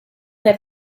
that